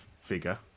figure